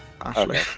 Ashley